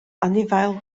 anifail